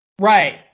Right